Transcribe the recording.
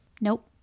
Nope